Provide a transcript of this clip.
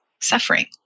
suffering